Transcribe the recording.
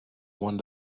one